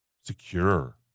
secure